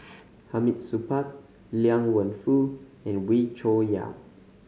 Hamid Supaat Liang Wenfu and Wee Cho Yaw